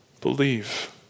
believe